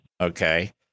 Okay